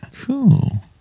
cool